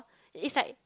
it's like